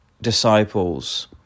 disciples